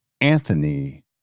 Anthony